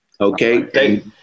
Okay